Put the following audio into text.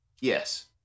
Yes